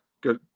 good